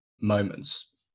moments